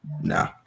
no